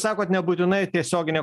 sakot nebūtinai tiesioginė